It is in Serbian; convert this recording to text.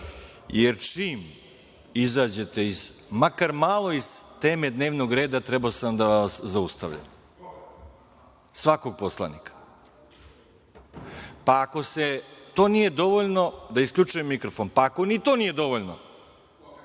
jer čim izađete, makar malo, iz teme dnevnog reda trebao sam da vas zaustavljam, svakog poslanika. Ako to nije dovoljno, onda da isključujem mikrofon. Ako to nije dovoljno,